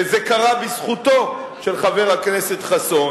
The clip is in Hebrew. וזה קרה בזכותו של חבר הכנסת חסון,